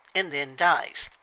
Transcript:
and then dies.